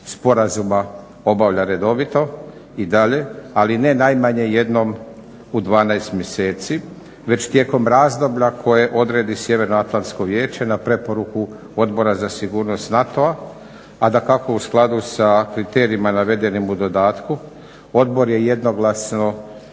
Sporazuma obavlja redovito i dalje, ali ne najmanje jednom u 12 mjeseci već tijekom razdoblje koje odredi Sjevernoatlantsko vijeće na preporuku Odbora za sigurnost NATO-a, a dakako u skladu sa kriterijima navedenim u dodatku. Odbor je jednoglasno